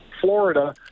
Florida